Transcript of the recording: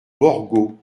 borgo